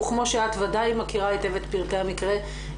וכמו שאת מכירה בוודאי את פרטי המקרה,